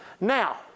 Now